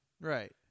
right